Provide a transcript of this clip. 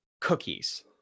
cookies